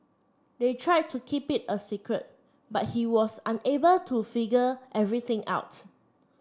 they tried to keep it a secret but he was unable to figure everything out